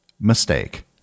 mistake